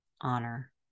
honor